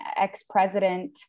ex-president